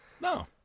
No